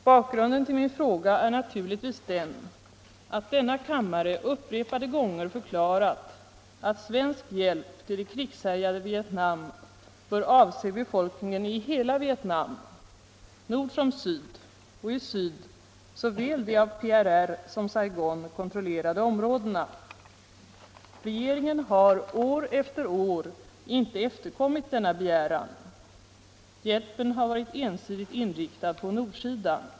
Bakgrunden till min fråga är naturligtvis den att denna kammare upp repade gånger förklarat att svensk hjälp till det krigshärjade Vietnam bör avse befolkningen i hela Vietnam, nord som syd, och i syd såväl de av PRR som av Saigon kontrollerade områdena. Regeringen har år efter år låtit bli att efterkomma denna begäran. Hjälpen har varit ensidigt inriktad på nordsidan.